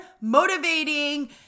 motivating